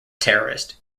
terrorist